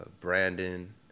Brandon